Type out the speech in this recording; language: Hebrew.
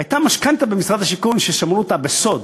הייתה משכנתה במשרד השיכון ששמרו אותה בסוד,